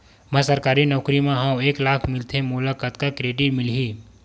मैं सरकारी नौकरी मा हाव एक लाख मिलथे मोला कतका के क्रेडिट मिलही?